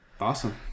Awesome